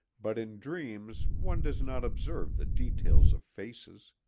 but in dreams one does not observe the details of faces.